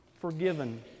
forgiven